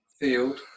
field